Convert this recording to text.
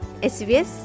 SBS